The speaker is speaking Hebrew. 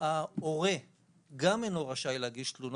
ההורה גם אינו רשאי להגיש תלונות,